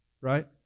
right